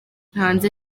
hanze